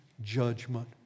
judgment